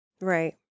Right